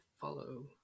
follow